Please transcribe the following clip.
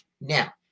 Now